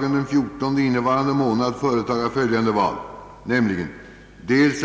onsdagen den 18 mars.